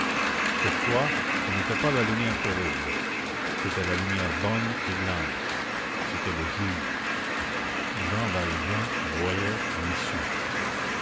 cette fois ce n'était pas la lumière terrible c'était la lumière bonne et blanche c'était le jour jean valjean voyait l'issue